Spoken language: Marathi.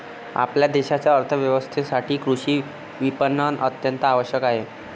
आपल्या देशाच्या अर्थ व्यवस्थेसाठी कृषी विपणन अत्यंत आवश्यक आहे